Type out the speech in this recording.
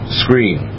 screen